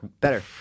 better